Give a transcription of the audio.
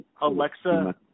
Alexa